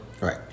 right